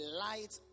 light